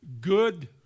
good